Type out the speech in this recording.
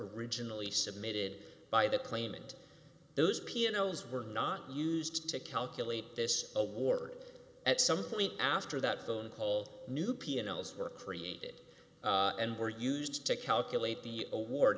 originally submitted by the claimant those pianos were not used to calculate this award at some point after that phone call new pianos were created and were used to calculate the award